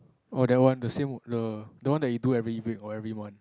oh that one the same the that one that you do every week or every month